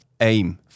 aim